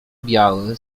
biały